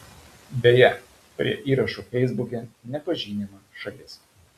beje prie įrašų feisbuke nepažymima šalis